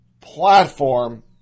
platform